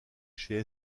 chez